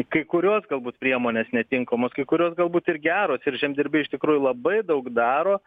kai kurios galbūt priemonės netinkamos kai kurios galbūt ir geros ir žemdirbiai iš tikrųjų labai daug daro